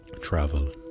travel